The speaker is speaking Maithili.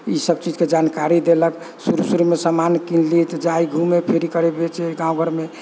इसभ चीजके जानकारी देलक शुरु शुरुमे समान किनलियै तऽ जाय घूमै फेरी करै बेचै गाँव घरमे